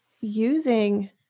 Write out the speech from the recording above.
using